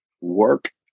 work